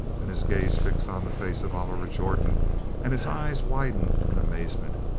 then his gaze fixed on the face of oliver jordan and his eyes widened in amazement.